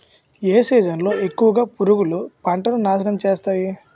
ఏ season లో ఎక్కువుగా పురుగులు పంటను నాశనం చేస్తాయి?